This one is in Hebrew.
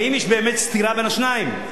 האם יש באמת סתירה בין השניים.